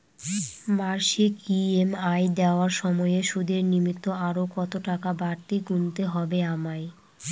মাসিক ই.এম.আই দেওয়ার সময়ে সুদের নিমিত্ত আরো কতটাকা বাড়তি গুণতে হবে আমায়?